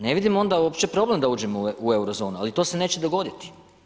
Ne vidim onda uopće problem da uđemo u Eurozonu, ali to se neće dogoditi.